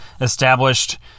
established